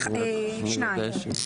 שניים,